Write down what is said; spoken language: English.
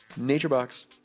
Naturebox